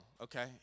okay